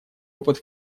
опыт